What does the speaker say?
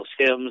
Sims